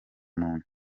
muntu